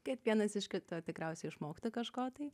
kad vienas iš kito tikriausiai išmoktų kažko tai